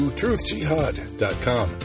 truthjihad.com